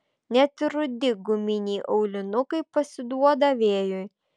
net ir rudi guminiai aulinukai pasiduoda vėjui